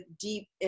deep